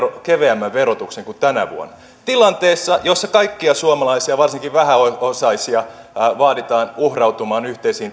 keveämmän verotuksen kuin tänä vuonna tilanteessa jossa kaikkia suomalaisia ja varsinkin vähäosaisia vaaditaan uhrautumaan yhteisiin